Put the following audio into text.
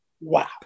wow